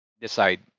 decide